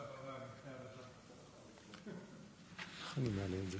אדוני היושב-ראש, כבוד השר נחמן שי,